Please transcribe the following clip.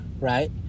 right